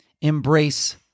Embrace